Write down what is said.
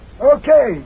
Okay